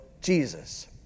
Jesus